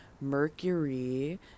mercury